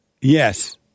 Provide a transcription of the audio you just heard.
Yes